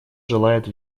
желает